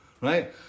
right